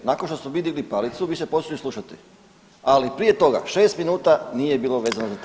Nakon što smo mi digli palicu vi ste počeli slušati, ali prije toga 6 minuta nije bilo vezano za temu.